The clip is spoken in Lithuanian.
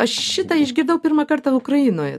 aš šitą išgirdau pirmą kartą ukrainoje